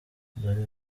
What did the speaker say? dore